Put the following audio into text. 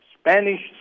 Spanish